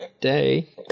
day